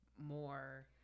more